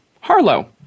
Harlow